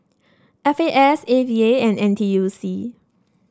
F A S A V A and N T U C